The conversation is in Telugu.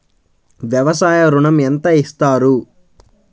వ్యవసాయ ఋణం ఎంత ఇస్తారు?